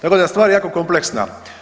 Tako da je stvar jako kompleksna.